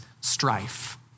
strife